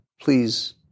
please